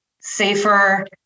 safer